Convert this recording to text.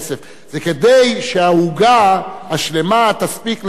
זה כדי שהעוגה השלמה תספיק לכולם.